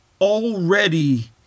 already